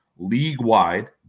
League-wide